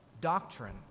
doctrine